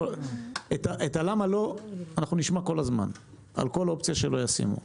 את הלמה לא אנחנו נשמע כל הזמן על כל אופציה שלא ישימו.